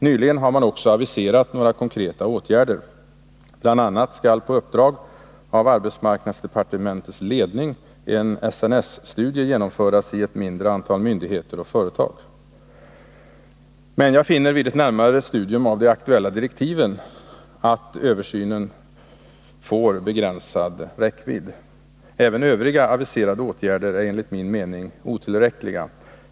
Nyligen har man också aviserat några konkreta åtgärder. BI. a. skall på uppdrag av arbetsmarknadsdepartementets ledning en SNS-studie genomföras i ett mindre antal myndigheter och företag. Men jag finner vid ett närmare studium av de aktuella direktiven att översynen får begränsad räckvidd. Även övriga aviserade åtgärder är enligt min mening otillräckliga.